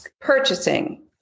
purchasing